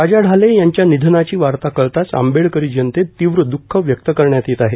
राजा ढाले यांच्या निधनाची द्ःखद वार्ता कळताच आंबेडकरी जनतेत तीव्र द्ःख व्यक्त करण्यात येत आहे